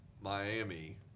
Miami